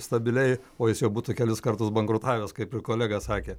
stabiliai o jis jau būtų kelis kartus bankrutavęs kaip ir kolega sakė